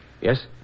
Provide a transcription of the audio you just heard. Yes